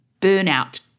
burnout